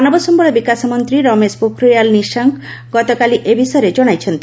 ମାନବ ସମ୍ଭଳ ବିକାଶ ମନ୍ତ୍ରୀ ରମେଶ ପୋଖରିଆଲ ନିଶଙ୍କ ଗତକାଲି ଏ ବିଷୟରେ ଜଣାଇଛନ୍ତି